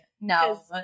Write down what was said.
No